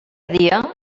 dia